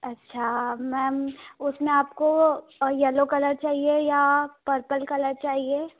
अच्छा मैम उसमें आपको येलो कलर चहिए या पर्पल कलर चाहिए